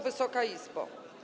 Wysoka Izbo!